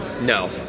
No